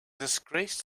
disgrace